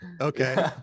Okay